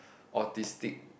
autistic